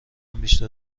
بیشتر